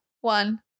one